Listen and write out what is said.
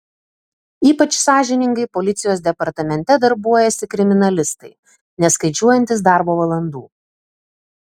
ypač sąžiningai policijos departamente darbuojasi kriminalistai neskaičiuojantys darbo valandų